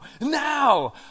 now